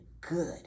good